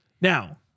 Now